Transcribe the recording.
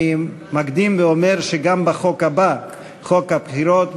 אני מקדים ואומר שגם בחוק הבא, חוק הבחירות,